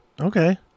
okay